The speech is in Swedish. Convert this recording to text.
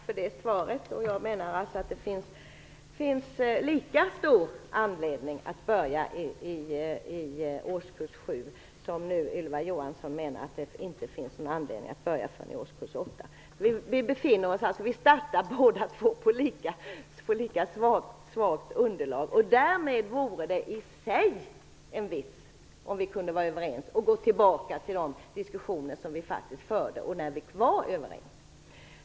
Herr talman! Tack för det svaret. Jag menar att det finns stor anledning att införa betyg i årskurs 7 medan Ylva Johansson nu menar att det inte finns någon anledning att införa betyg förrän i årskurs 8. Vi står därför på lika svagt underlag. Därför vore det i sig en vits om vi kunde vara överens om att gå tillbaka till de diskussioner där vi faktiskt var överens.